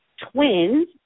twins